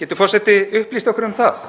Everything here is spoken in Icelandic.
Getur forseti upplýst okkur um það?